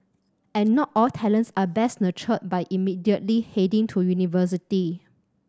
and not all talents are best nurtured by immediately heading to university